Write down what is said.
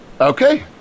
Okay